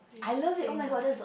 craziest thing ah